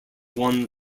one